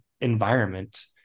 environment